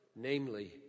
namely